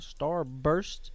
starburst